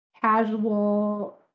casual